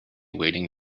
waiting